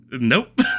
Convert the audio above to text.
Nope